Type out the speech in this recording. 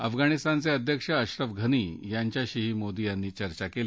अफगणिस्तानचे अध्यक्ष अश्रफ घनी यांच्याशीही मोदी यांनी चर्चा केली